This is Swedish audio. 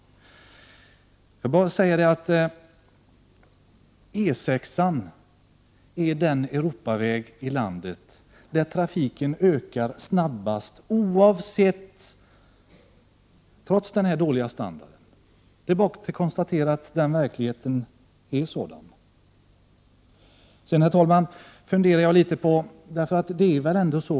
E 6 är den Europaväg i landet där trafiken ökar snabbast trots den dåliga standarden. Det är bara att konstatera att sådan är verkligheten.